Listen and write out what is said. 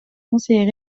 conseiller